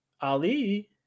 Ali